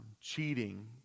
cheating